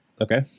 Okay